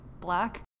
black